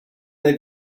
they